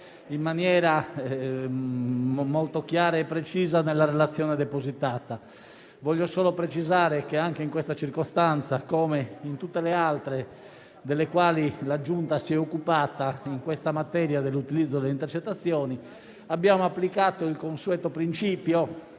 in maniera molto chiara e precisa nella relazione depositata. Voglio solo precisare che anche in questa circostanza, come in tutte le altre delle quali la Giunta si è occupata nella materia dell'utilizzo delle intercettazioni, abbiamo applicato il consueto principio